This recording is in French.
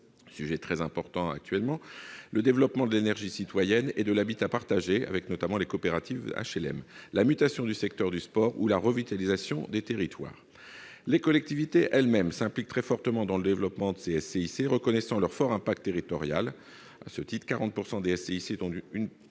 sujet très important actuellement -, le développement de l'énergie citoyenne et de l'habitat partagé- notamment les coopératives HLM -, la mutation du secteur du sport ou la revitalisation des territoires. Les collectivités elles-mêmes s'impliquent très fortement dans le développement des SCIC, reconnaissant leur fort impact territorial. À ce titre, 40 % des SCIC ont une